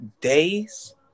days